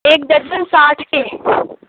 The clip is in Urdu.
ایک درجن ساٹھ کے